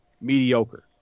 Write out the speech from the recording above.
mediocre